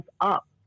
up